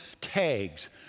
tags